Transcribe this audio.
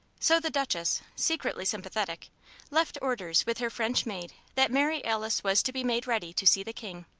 so the duchess secretly sympathetic left orders with her french maid that mary alice was to be made ready to see the king.